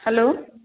hello